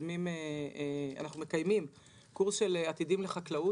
אנחנו מקיימים קורס של עתידים לחקלאות,